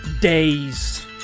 days